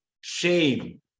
shame